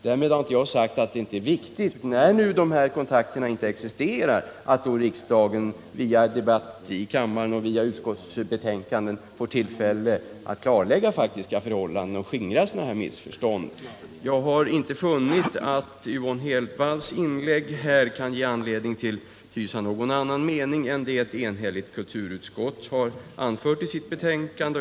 Därmed har jag inte sagt att det inte är viktigt, när nu inte dessa kontakter existerar, att riksdagen via debatt i kammaren och via utskottsbetänkanden får tillfälle att klarlägga faktiska förhållanden och skingra sådana här missförstånd. Jag har inte funnit att Yvonne Hedvalls inlägg ger anledning till någon annan mening än den ett enhälligt kulturutskott har anfört i sitt betänkande.